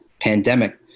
pandemic